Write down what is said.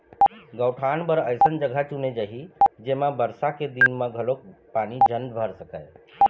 गउठान बर अइसन जघा चुने जाही जेमा बरसा के दिन म घलोक पानी झन भर सकय